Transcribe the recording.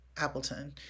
Appleton